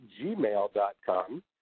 gmail.com